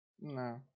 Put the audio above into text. No